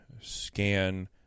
scan